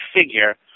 figure